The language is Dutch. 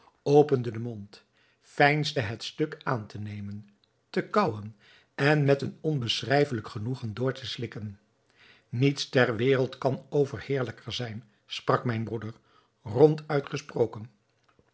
opende den mond veinsde het stuk aan te nemen te kaauwen en met een onbeschrijfelijk genoegen door te slikken niets ter wereld kan overheerlijker zijn sprak mijn broeder ronduit gesproken